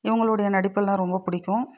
இவங்களுடைய நடிப்பெல்லாம் ரொம்ப பிடிக்கும்